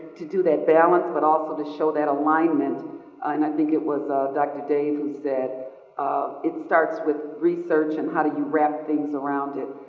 to do that balance, but also to show that alignment and i think it was dr. dave who said um it starts with research and how do you wrap things around it?